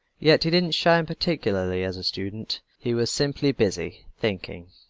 yet he didn't shine particularly as a student. he was simply busy thinking.